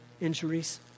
injuries